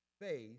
faith